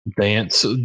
dance